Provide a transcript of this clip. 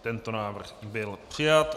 Tento návrh byl přijat.